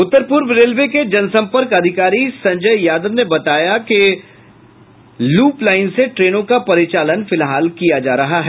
उत्तर पूर्व रेलवे के जनसंपर्क अधिकारी संजय यादव ने बताया कि लूप लाइन से ट्रेनों का परिचालन किया जा रहा है